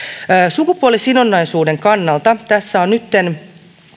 sukupuolisidonnaisuuden kannalta tässä on nytten